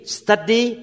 study